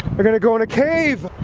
are gonna go in a cave!